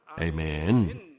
Amen